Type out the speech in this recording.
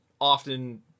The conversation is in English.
often